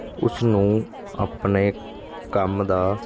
ਉਸਨੂੰ ਆਪਣੇ ਕੰਮ ਦਾ